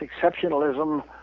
exceptionalism